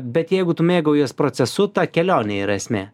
bet jeigu tu mėgaujies procesu ta kelionė yra esmė